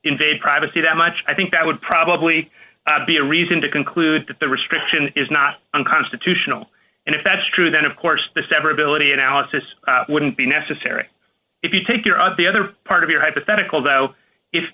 invade privacy that much i think that would probably be a reason to conclude that the restriction is not unconstitutional and if that's true then of course the severability analysis wouldn't be necessary if you take your of the other part of your hypothetical though if